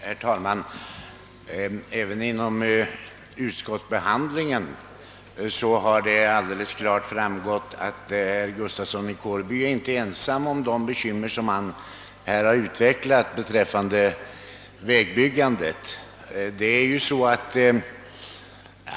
Herr talman! Även vid utskottsbehandlingen har det alldeles klart framgått att herr Gustafsson i Kårby inte är ensam om de bekymmer beträffande vägbyggandet som han här har redogjort för.